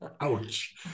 Ouch